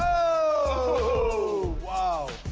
oh, wow.